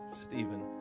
Stephen